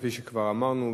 כפי שכבר אמרנו,